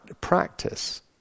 practice